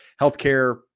Healthcare